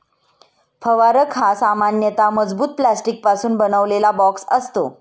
फवारक हा सामान्यतः मजबूत प्लास्टिकपासून बनवलेला बॉक्स असतो